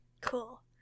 Cool